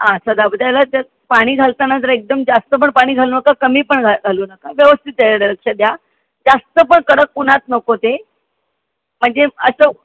हां सदा त्याला जा पाणी घालताना जर एकदम जास्त पण पाणी घालू नका कमी पण घा घालू नका व्यवस्थित त्याच्याकडं लक्ष द्या जास्त पण कडक उन्हात नको ते म्हणजे असं